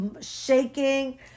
shaking